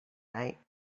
night